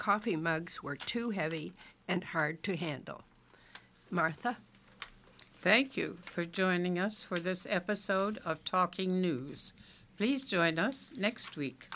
coffee mugs were too heavy and hard to handle martha thank you for joining us for this episode of talking news please join us next week